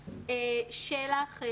של"ח.